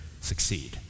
succeed